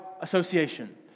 association